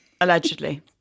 allegedly